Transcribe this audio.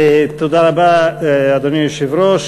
אדוני היושב-ראש,